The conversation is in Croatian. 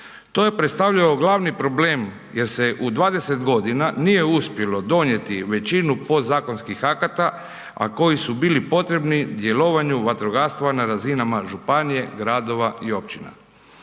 To je predstavljalo glavni problem jer se u 20 godina nije uspjelo donijeti većinu podzakonskih akata a koji su bili potrebni djelovanju vatrogastva na razinama županije, gradova i općina.